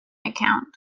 account